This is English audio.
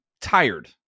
tired